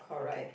okay